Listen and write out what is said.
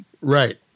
right